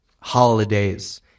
holidays